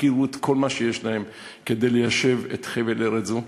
הקריבו את כל מה שיש להם כדי ליישב חבל ארץ זה.